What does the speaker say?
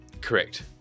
Correct